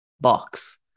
box